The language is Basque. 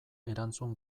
erantzun